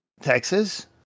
Texas